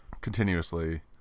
continuously